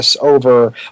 Over